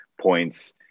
points